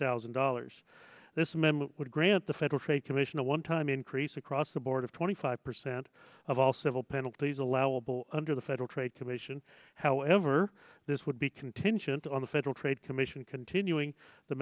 thousand dollars this amendment would grant the federal trade commission a one time increase across the board of twenty five percent of all civil penalties allowable under the federal trade commission however this would be contingent on the federal trade commission continuing the